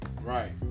Right